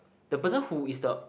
the person who is the